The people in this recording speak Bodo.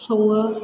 सङो